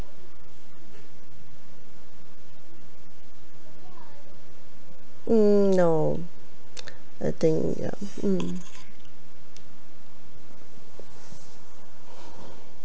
hmm no I think ya mm